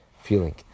feeling